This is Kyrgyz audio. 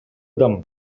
адам